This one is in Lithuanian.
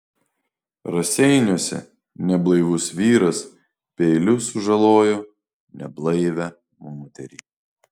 raseiniuose neblaivus vyras peiliu sužalojo neblaivią moterį